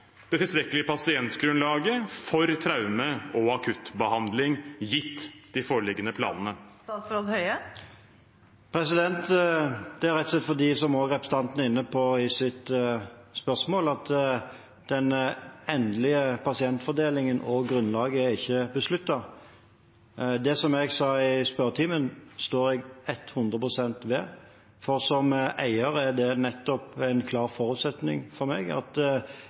det tilstrekkelige pasientgrunnlaget for traume- og akuttbehandling, gitt de foreliggende planene? Det er rett og slett fordi – som representanten også er inne på i sitt spørsmål – den endelige pasientfordelingen og grunnlaget ikke er besluttet. Det jeg sa i spørretimen, står jeg 100 pst. ved. For som eier er det nettopp en klar forutsetning for meg at